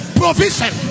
provision